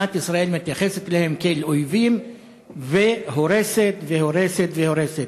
מדינת ישראל מתייחסת אליהם כאל אויבים והורסת והורסת והורסת.